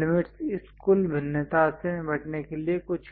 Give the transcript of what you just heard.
limits इस कुल भिन्नता से निपटने के लिए कुछ है